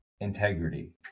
integrity